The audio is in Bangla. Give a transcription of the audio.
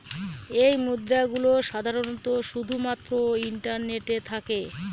এই মুদ্রা গুলো সাধারনত শুধু মাত্র ইন্টারনেটে থাকে